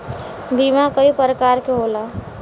बीमा कई परकार के होला